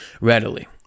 readily